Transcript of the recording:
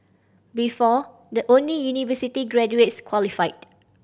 before the only university graduates qualified